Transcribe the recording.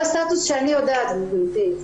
זה הסטטוס שאני יודעת גברתי.